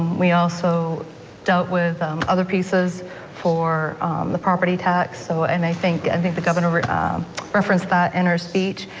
we also dealt with other pieces for the property tax so and i think i think the governor referenced that in her speech,